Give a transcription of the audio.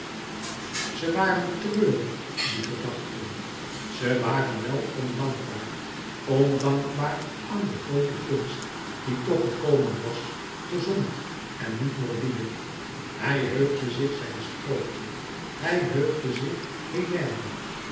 ze waren treurig die gedachten ze waren wel ondankbaar ondankbaar aan de grote kunst die toch gekomen was gezond en niet morbide hij heugde zich zijn sprookje hij heugde zich hélène